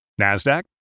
NASDAQ